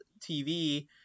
TV